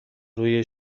روی